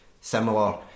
similar